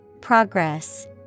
Progress